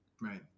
right